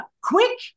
quick